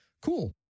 Cool